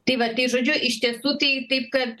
tai va žodžiu iš tiesų tai taip kad